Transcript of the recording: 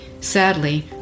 Sadly